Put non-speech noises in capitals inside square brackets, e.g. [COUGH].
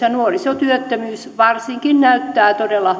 [UNINTELLIGIBLE] ja nuorisotyöttömyys varsinkin näyttävät todella [UNINTELLIGIBLE]